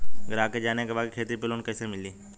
ग्राहक के जाने के बा की खेती पे लोन कैसे मीली?